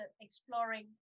exploring